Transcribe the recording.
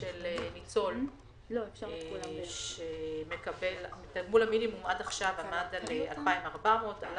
של ניצול שמקבל תגמול המינימום עד עכשיו עמד על 2,400 שקלים ועלה